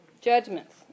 Judgments